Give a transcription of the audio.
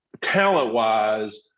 talent-wise